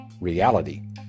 reality